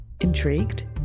Intrigued